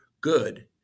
good